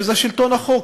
שזה שלטון החוק.